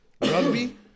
Rugby